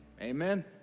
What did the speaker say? Amen